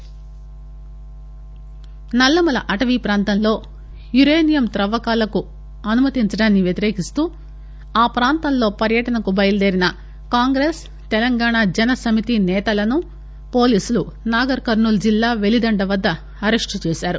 custody Nallamala అటవీ ప్రాంతంలో uranium త్రవ్వకాలకు అనుమతించడాన్సి వ్యతిరేకిస్తూ ఆ ప్రాంతంలో పర్యటనకు బయలుదేరిన కాంగ్రెస్ తెలంగాణ జన సమితి నేతలను పోలీసులు నాగర్ కర్నూల్ జిల్లా పెలిదండ వద్ద అరెస్టు చేశారు